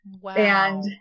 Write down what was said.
Wow